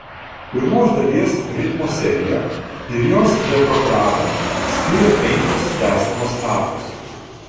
pirmos dalies ritmo seriją ir jos retrogradą skiria penkios tęsiamos natos